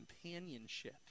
companionship